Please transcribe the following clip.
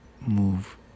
move